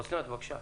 אוסבת, בבקשה.